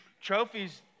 Trophies